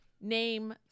name